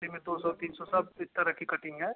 इसी में दो सौ तीन सौ सब इस तरह की कटिंग है